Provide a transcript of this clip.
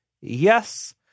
Yes